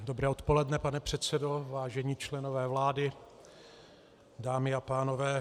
Dobré odpoledne, pane předsedo, vážení členové vlády, dámy a pánové.